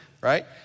right